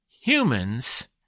Humans